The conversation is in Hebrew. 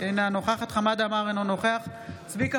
אינה נוכחת חמד עמאר, אינו נוכח צביקה